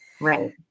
right